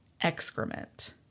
excrement